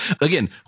Again